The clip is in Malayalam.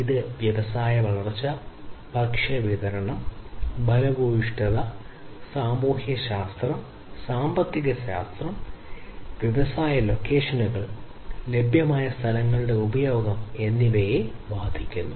ഇത് വ്യവസായ വളർച്ച ഭക്ഷ്യവിതരണം ഫലഭൂയിഷ്ഠത സാമൂഹ്യശാസ്ത്രം സാമ്പത്തിക രാഷ്ട്രീയം വ്യവസായ ലൊക്കേഷനുകൾ ലഭ്യമായ സ്ഥലങ്ങളുടെ ഉപയോഗം എന്നിവയെ ബാധിക്കുന്നു